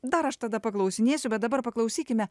dar aš tada paklausinėsiu bet dabar paklausykime